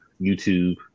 YouTube